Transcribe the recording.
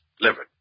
delivered